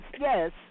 yes